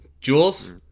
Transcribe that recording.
Jules